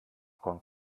kommt